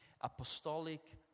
Apostolic